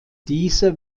dieser